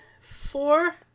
four